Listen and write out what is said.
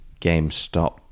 GameStop